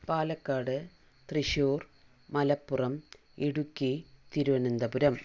Palakkad Thrissur Malappuram Idukki Thiruvananthapuram